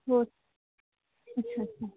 हो अच्छा अच्छा